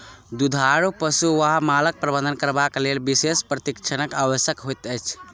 दुधारू पशु वा मालक प्रबंधन करबाक लेल विशेष प्रशिक्षणक आवश्यकता होइत छै